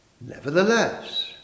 Nevertheless